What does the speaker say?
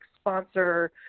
sponsor